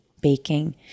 baking